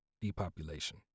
depopulation